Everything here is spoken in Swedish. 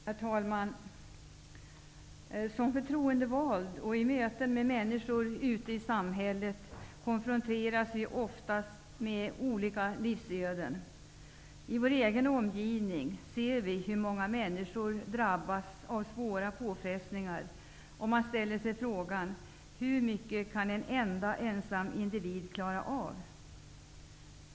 Herr talman! Som förtroendevalda och i möten med människor ute i samhället konfronteras vi ofta med olika livsöden. I vår egen omgivning ser vi hur många människor drabbas av svåra påfrestningar, och man ställer sig frågan: Hur mycket kan en enskild individ klara av?